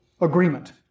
agreement